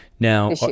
Now